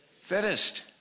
Fittest